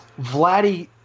Vladdy